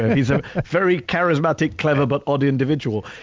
he's a very charismatic, clever, but odd individual.